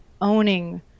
owning